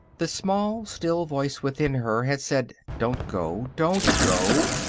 the small, still voice within her had said, don't go! don't go!